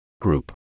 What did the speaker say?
Group